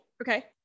Okay